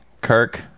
Kirk